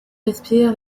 respire